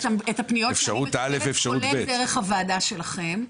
אני יכולה לראות את הפניות שאני מקבלת כולל דרך הוועדה שלכם,